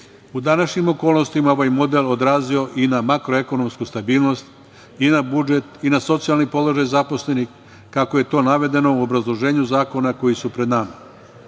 u današnjim okolnostima ovaj model odrazio i na makroekonomsku stabilnost i na budžet i na socijalni položaj zaposlenih, kako je to navedeno u obrazloženju zakona koji su pred nama.